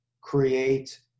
create